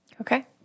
Okay